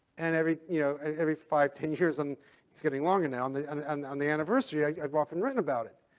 and every, you know and every five, ten years, and it's getting longer now. on the and and on the anniversary, ah i've often written about it.